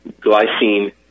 glycine